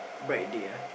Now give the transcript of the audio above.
bright day ah